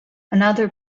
another